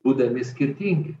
būdami skirtingi